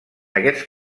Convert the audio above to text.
aquests